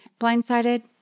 blindsided